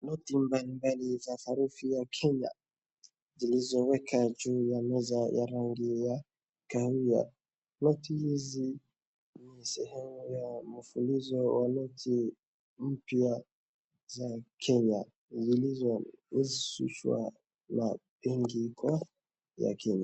Noti mbalimbali za sarufi ya Kenya zilizowekwa juu ya meza ya rangi ya kahawia .Noti hizi ni sehemu ya mafulizo wa noti mpya za Kenya zilizo husishwa na benki kuu ya Kenya.